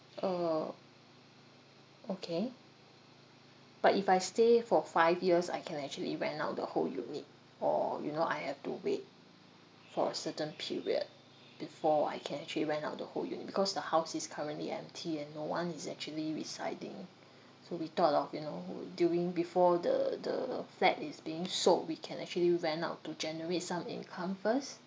uh okay but if I stay for five years I can actually rent out the whole unit or you know I have to wait for a certain period before I can actually rent out the whole unit because the house is currently empty and no one is actually residing so we thought of you know during before the the uh flat is being sold we can actually rent out to generate some income first